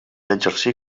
exercí